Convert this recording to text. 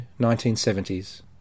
1970s